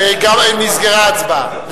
נסגרה ההצבעה.